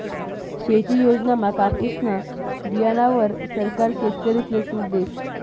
शेती योजनामा कापुसना बीयाणावर सरकार शेतकरीसले सूट देस